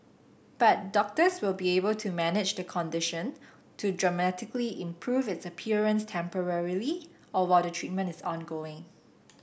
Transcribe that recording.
but doctors will be able to manage the condition to dramatically improve its appearance temporarily or while the treatment is ongoing